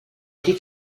dit